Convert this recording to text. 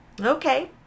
okay